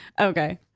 Okay